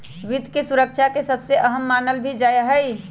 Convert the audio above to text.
वित्त के सुरक्षा के सबसे अहम मानल भी जा हई